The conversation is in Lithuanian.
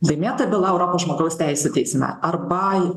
laimėta byla europos žmogaus teisių teisme arba